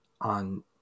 on